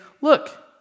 look